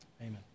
Amen